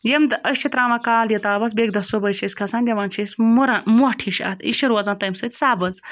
ییٚمہِ دۄہ أسۍ چھِ ترٛاوان کالہِ یہِ تاپَس بیٚکہِ دۄہ صُبحٲے چھِ أسۍ کھَسان دِوان چھِ أسۍ مُرَن مۄٹھ ہِش اَتھ یہِ چھِ روزان تَمہِ سۭتۍ سَبٕز